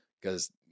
Because-